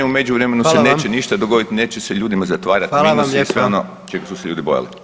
U međuvremenu se neće ništa dogodit, neće se ljudima zatvarat minusi i sve ono čeg su se ljudi bojali.